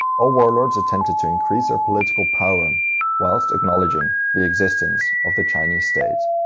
ah warlords attempted to increase their political power whilst acknowledging the existence of the chinese state.